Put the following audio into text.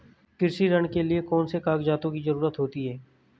कृषि ऋण के लिऐ कौन से कागजातों की जरूरत होती है?